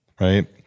right